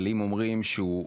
אבל אם אומרים שהוא,